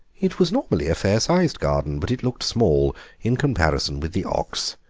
it was normally a fair-sized garden, but it looked small in comparison with the ox,